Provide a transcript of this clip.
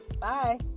Bye